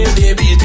baby